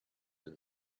and